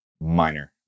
minor